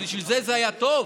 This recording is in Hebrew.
בשביל זה זה היה טוב?